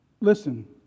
Listen